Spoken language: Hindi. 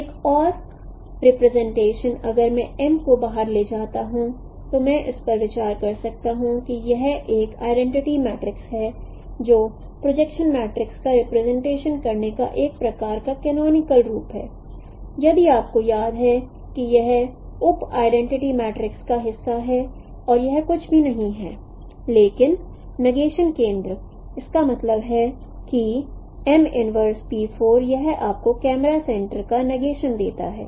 एक और रिप्रेजेंटेशन अगर मैं M को बाहर ले जाता हूं तो मैं इस पर विचार कर सकता हूं कि यह एक आइडेंटी मैट्रिक्स है जो प्रोजेक्शन मैट्रिक्स का रिप्रेजेंटेशन करने का एक प्रकार का कनोनिकल रूप है यदि आपको याद है कि यह उप आइडेंटी मैट्रिक्स का हिस्सा है और यह कुछ भी नहीं है लेकिन नेगेशन केंद्र इसका मतलब है कि यह आपको कैमरा सेंटर का नेगेशन देता है